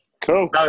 Cool